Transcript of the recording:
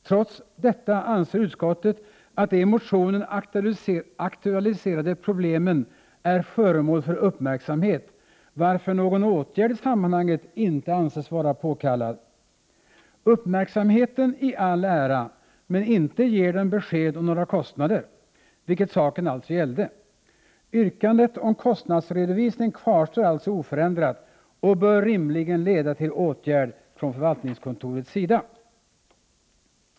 Trots detta anser utskottet, att de i motionen aktualiserade problemen är föremål för uppmärksamhet, varför någon åtgärd i sammanhanget inte anses vara påkallad. Uppmärksamheten i all ära, men inte ger den besked om några kostnader, vilket saken alltså gällde. Yrkandet om kostnadsredovisning kvarstår alltså oförändrat och bör rimligen leda till åtgärd från förvaltningskontorets sida. Herr talman!